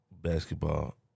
basketball